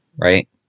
right